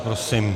Prosím.